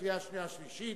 קריאה שנייה ושלישית.